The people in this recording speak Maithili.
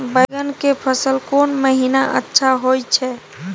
बैंगन के फसल कोन महिना अच्छा होय छै?